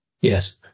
Yes